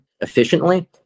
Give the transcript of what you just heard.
efficiently